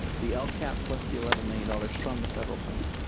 the lcap plus the eleven million dollars from the federal funds.